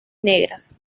negras